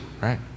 right